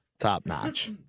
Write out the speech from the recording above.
top-notch